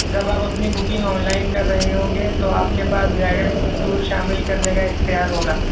جب آپ اپنی بکنگ آن لائن کر رہے ہوں گے تو آپ کے پاس گائڈیڈ ٹور شامل کرنے کا اختیار ہوگا